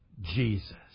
Jesus